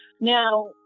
Now